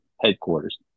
headquarters